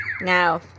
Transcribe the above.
Now